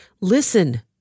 Listen